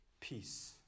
peace